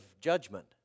judgment